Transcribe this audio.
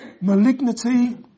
malignity